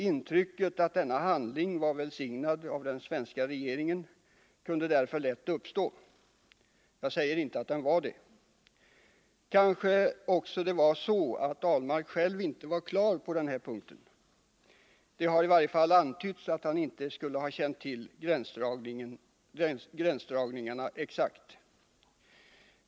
Intrycket att denna handling var välsignad av den svenska regeringen kunde därför lätt uppstå — jag säger dock inte att den var det. Kanske det också var så att Per Ahlmark själv inte var klar på den punkten. Det har i varje fall antytts att han inte exakt skulle ha känt till gränsdragningarna.